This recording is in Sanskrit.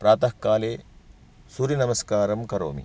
प्रातःकाले सूर्यनमस्कारं करोमि